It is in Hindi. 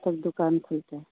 तक दुकान खुलता है